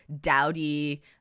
dowdy